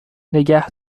نگه